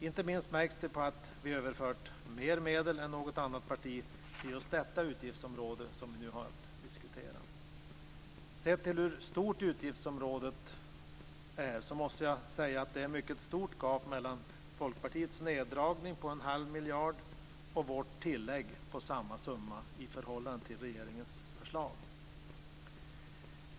Inte minst märks detta på att vi överfört mer medel än något annat parti till just detta utgiftsområde. Sett till hur stort utgiftsområdet är måste jag säga att det är ett mycket stort gap mellan Folkpartiets neddragning på en halv miljard och vårt tillägg på samma summa i förhållande till regeringens förslag.